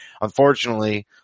Unfortunately